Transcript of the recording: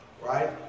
right